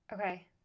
Okay